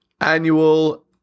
Annual